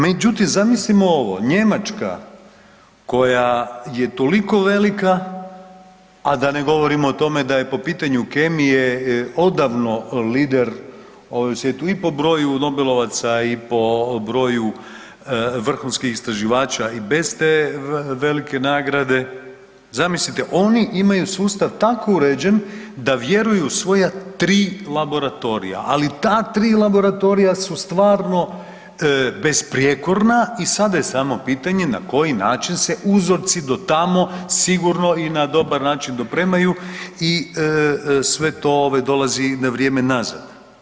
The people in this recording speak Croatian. Međutim, zamislimo ovo Njemačka koja je toliko velika, a da ne govorimo o tome da je po pitanju kemije odavno lider u svijetu i po broju nobelovaca i po broju vrhunskih istraživača i bez te velike nagrade, zamislite oni imaju sustav tako uređen da vjeruju u svoja 3 laboratorija, ali ta 3 laboratorija su stvarno besprijekorna i sada je samo pitanje na koji način se uzorci do tamo sigurno i na dobar način dopremaju i sve to dolazi na vrijeme nazad.